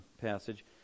passage